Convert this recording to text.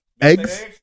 eggs